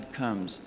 comes